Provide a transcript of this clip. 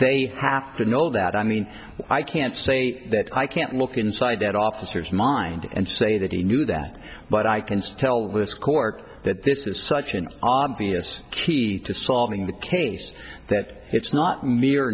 they have to know that i mean i can't say that i can't look inside that officer's mind and say that he knew that but i can just tell this court that this is such an obvious key to solving the case that it's not me